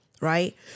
right